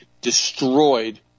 destroyed